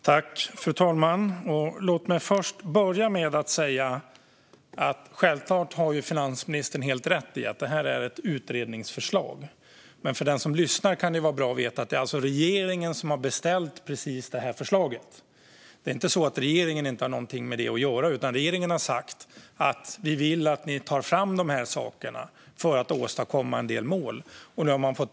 Fru talman! Låt mig börja med att säga att finansministern givetvis har rätt i att detta är ett utredningsförslag. Men för den som lyssnar kan det vara bra att veta att det är regeringen som har beställt precis detta förslag. Det är inte så att regeringen inte har något med det att göra, utan regeringen har sagt vad man vill ska tas fram för att en del mål ska nås.